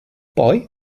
poi